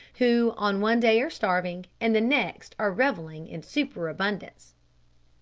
who on one day are starving, and the next are revelling in superabundance.